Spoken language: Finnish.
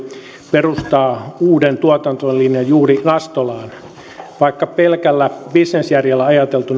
perustaa uuden tuotantolinjan juuri nastolaan vaikka pelkällä bisnesjärjellä ajateltuna linja